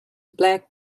black